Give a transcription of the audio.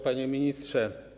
Panie Ministrze!